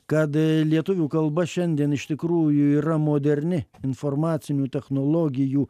kad lietuvių kalba šiandien iš tikrųjų yra moderni informacinių technologijų